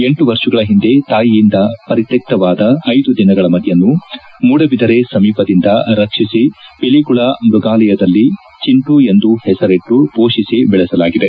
ಎಂಟು ವರ್ಷಗಳ ಹಿಂದೆ ತಾಯಿಯಿಂದ ಪರಿತ್ವಕ್ಷವಾದ ಐದು ದಿನಗಳ ಮರಿಯನ್ನು ಮೂಡಬಿದಿರೆ ಸಮೀಪದಿಂದ ರಕ್ಷಿಸಿ ಪಿಲಿಕುಳ ಮ್ಯಗಾಲಯದಲ್ಲಿ ಚಿಂಟು ಎಂದು ಹೆಸರಿಟ್ಲು ಪೋಷಿಸಿ ಬೆಳೆಸಲಾಗಿದೆ